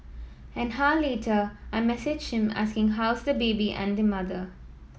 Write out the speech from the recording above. an later I messaged him asking how's the baby and mother